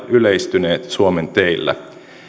yleistyneet suomen teillä